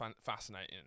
fascinating